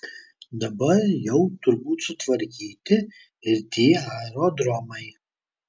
dabar jau turbūt sutvarkyti ir tie aerodromai